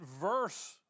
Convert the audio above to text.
verse